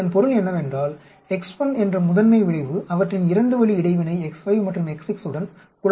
இதன் பொருள் என்னவென்றால் x1 என்ற முதன்மை விளைவு அவற்றின் 2 வழி இடைவினை x5 மற்றும் x6 உடன் குழப்பமடைகிறது